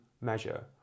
measure